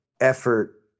effort